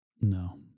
No